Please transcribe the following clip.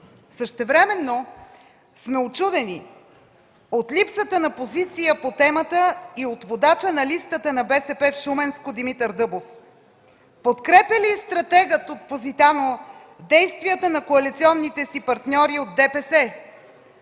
Същевременно сме учудени от липсата на позиция по темата и от водача на листата на БСП в Шуменско Димитър Дъбов. Подкрепя ли стратегът от Позитано действията на коалиционните си партньори от ДПС?